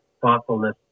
thoughtfulness